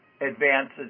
advances